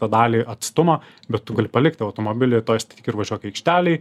tą dalį atstumo bet tu gali palikt tą automobilį toj statyk ir važiuok aikštelėj